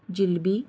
jalebi